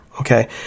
okay